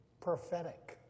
Prophetic